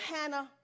Hannah